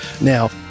Now